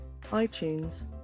iTunes